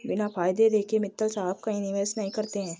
बिना फायदा देखे मित्तल साहब कहीं निवेश नहीं करते हैं